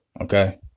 okay